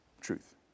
truth